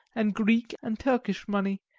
and greek and turkish money,